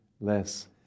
Less